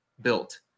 built